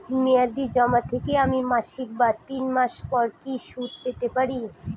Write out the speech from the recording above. মেয়াদী জমা থেকে আমি মাসিক বা তিন মাস পর কি সুদ পেতে পারি?